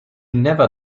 never